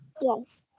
yes